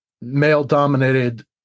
male-dominated